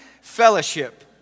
fellowship